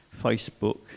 Facebook